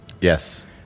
Yes